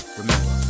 remember